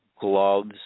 gloves